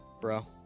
bro